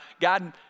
God